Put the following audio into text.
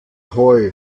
heu